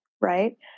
right